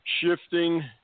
shifting